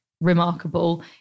remarkable